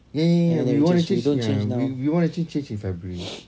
ya ya ya we wanna change ya we wanna change in february